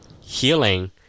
healing